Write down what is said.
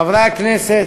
חברי הכנסת,